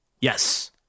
yes